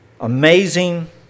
amazing